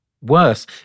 Worse